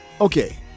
okay